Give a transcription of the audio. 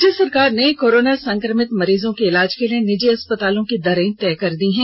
राज्य सरकार ने कोरोना संक्रमित मरीजों के इलाज के लिए निजी अस्पतालों की दरें तय कर दी है